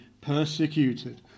Persecuted